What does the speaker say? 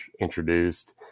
introduced